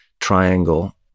triangle